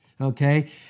okay